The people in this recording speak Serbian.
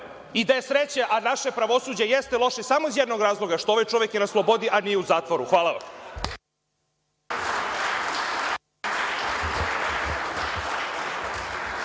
I da je sreće, a naše pravosuđe jeste loše samo iz jednog razloga, što je ovaj čovek na slobodi, a nije u zatvoru. Hvala.